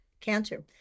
cancer